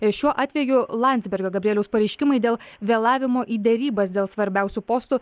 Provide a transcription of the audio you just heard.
ir šiuo atveju landsbergio gabrieliaus pareiškimai dėl vėlavimo į derybas dėl svarbiausių postų